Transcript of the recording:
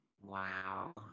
wow